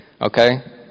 okay